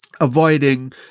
avoiding